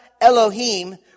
Elohim